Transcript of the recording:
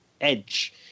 edge